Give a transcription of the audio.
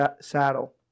saddle